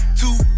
two